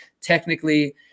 technically